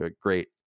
Great